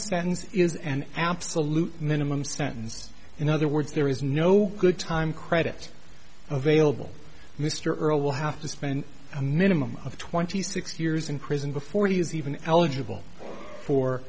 is an absolute minimum sentence in other words there is no good time credit available mr earl will have to spend a minimum of twenty six years in prison before he is even eligible for